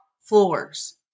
floors